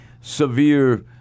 severe